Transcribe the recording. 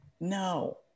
no